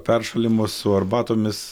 peršalimu su arbatomis